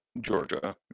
Georgia